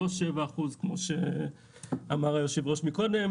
ולא שבעה אחוזים כמו שאמר היו"ר מקודם,